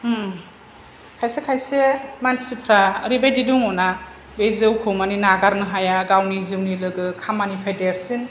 होम खायसे खायसे मानसिफ्रा एरैबादि दङना बे जौखौ माने नागारनो हाया गावनि जिउनि लोगो खामानि निफ्राय देरसिन